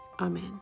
Amen